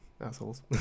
assholes